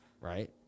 right